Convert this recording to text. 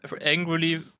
angrily